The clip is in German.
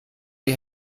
die